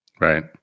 Right